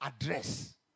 address